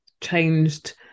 changed